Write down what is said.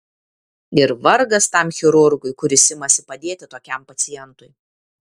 ir vargas tam chirurgui kuris imasi padėti tokiam pacientui